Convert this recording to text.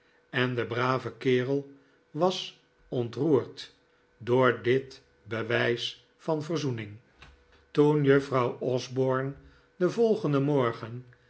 en de brave kerel was ontroerd door dit bewijs van verzoening toen juffrouw osborne den volgenden